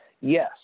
Yes